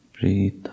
Breathe